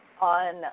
on